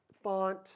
font